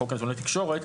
בחוק נתוני תקשורת,